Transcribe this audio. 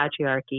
patriarchy